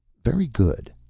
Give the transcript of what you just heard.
very good,